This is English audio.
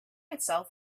itself